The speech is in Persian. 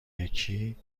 یکی